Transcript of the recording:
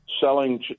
selling